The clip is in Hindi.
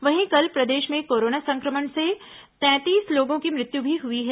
वहीं कल प्रदेश में कोरोना संक्रमण से तैंतीस लोगों की मृत्यु भी हुई है